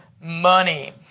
money